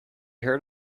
heard